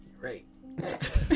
Right